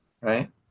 Right